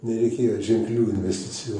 nereikėjo ženklių investicijų